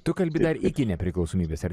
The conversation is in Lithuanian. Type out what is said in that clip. tu kalbi dar iki nepriklausomybės ar ne